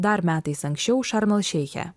dar metais anksčiau šarm el šeiche